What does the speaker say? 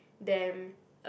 them